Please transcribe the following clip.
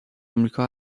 آمریکا